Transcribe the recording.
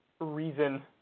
reason